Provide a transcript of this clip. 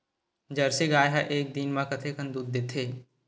Jersey गाय ह एक दिन म कतेकन दूध देथे?